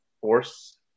force